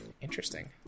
Interesting